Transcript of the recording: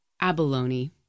abalone